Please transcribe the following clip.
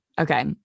Okay